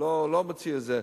הוא לא מוציא את זה.